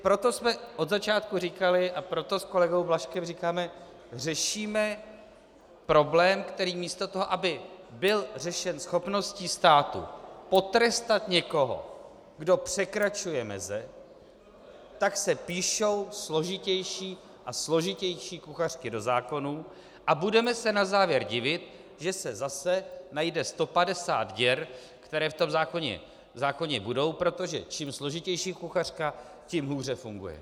Proto jsme od začátku říkali a proto s kolegou Blažkem říkáme: řešíme problém, který místo toho, aby byl řešen schopností státu potrestat někoho, kdo překračuje meze, tak se píší složitější a složitější kuchařky do zákonů, a budeme se na závěr divit, že se zase najde 150 děr, které v tom zákoně budou, protože čím složitější kuchařka, tím hůře funguje.